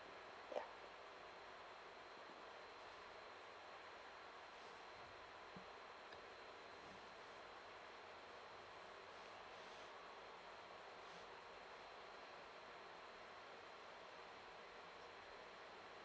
yeah